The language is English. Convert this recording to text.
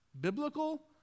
biblical